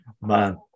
Man